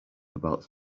about